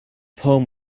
poem